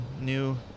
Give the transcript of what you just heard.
new